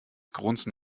grunzen